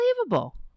unbelievable